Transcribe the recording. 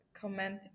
comment